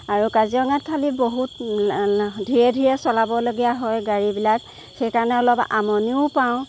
আৰু কাজিৰঙাত খালী বহুত ধীৰে ধীৰে চলাব লাগীয়া হয় গাড়ীবিলাক সেইকাৰণে অলপ আমনিও পাওঁ